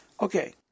Okay